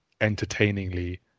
entertainingly